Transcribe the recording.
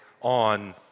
on